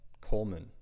Coleman